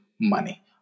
money